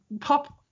pop